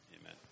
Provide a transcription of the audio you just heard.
Amen